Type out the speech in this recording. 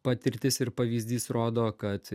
patirtis ir pavyzdys rodo kad